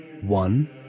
one